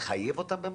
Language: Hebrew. היא מחייבת אותם במשהו?